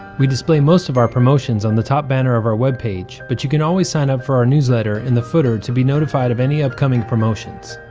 we display most of our promotions on the top banner of our web page but you can always sign up for our newsletter in the footer to be notified of any upcoming promotions.